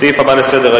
הסעיף הבא על סדר-היום,